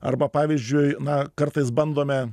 arba pavyzdžiui na kartais bandome